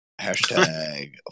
#Hashtag